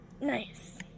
Nice